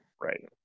Right